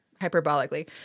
hyperbolically